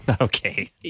Okay